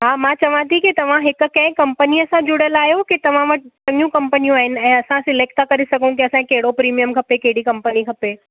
हा मां चवां थी की तव्हां हिकु के कम्पनी सां जुड़ियल आहियो की तव्हां वटि चङियूं कंपनियूं आहिनि ऐं असां सेलेक्ट था करे सघूं की असांखे कहिड़ो प्रीमियम खपे कहिड़ी कंपनी खपे